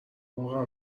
واقعا